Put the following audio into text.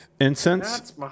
incense